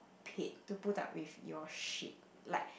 paid to put up with your shit like